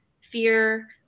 fear